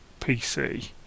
PC